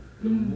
mm